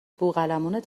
بوقلمونت